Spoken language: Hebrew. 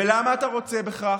ולמה אתה רוצה בכך?